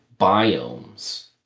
biomes